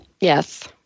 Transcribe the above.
Yes